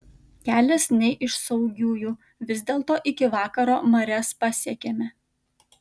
kelias ne iš saugiųjų vis dėlto iki vakaro marias pasiekėme